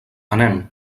anem